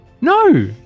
No